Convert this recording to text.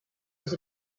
was